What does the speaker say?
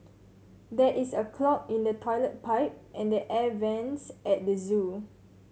there is a clog in the toilet pipe and the air vents at the zoo